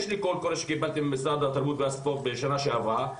יש לי קול קורא שקיבלתי ממשרד התרבות והספורט בשנה שעברה,